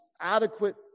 adequate